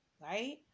right